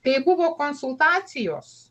tai buvo konsultacijos